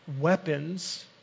weapons